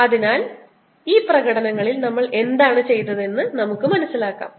അതിനാൽ ഈ പ്രകടനങ്ങളിൽ നമ്മൾ എന്താണ് ചെയ്തതെന്ന് നമുക്ക് മനസ്സിലാക്കാം